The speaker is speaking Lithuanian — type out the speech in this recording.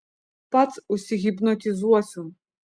pats užsihipnotizuosiu